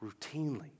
routinely